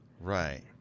Right